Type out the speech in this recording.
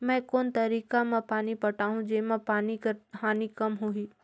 मैं कोन तरीका म पानी पटाहूं जेमा पानी कर हानि कम होही?